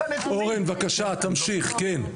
אורן בבקשה תמשיך כן,